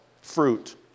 fruit